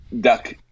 duck